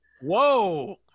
Whoa